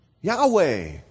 Yahweh